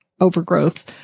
overgrowth